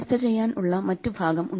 ചർച്ച ചെയ്യാൻ ഉള്ള മറ്റ് ഭാഗം ഉണ്ട്